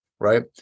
Right